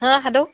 हां हॅलो